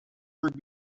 under